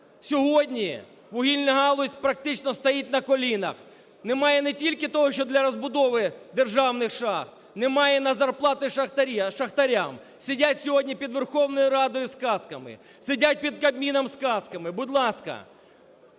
Сьогодні вугільна галузь практично стоїть на колінах. Немає не тільки того, що для розбудови державних шахт, немає на зарплати шахтарям, сидять сьогодні під Верховною Радою з касками, сидять під Кабміном з касками. Будь ласка,